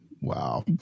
Wow